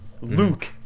Luke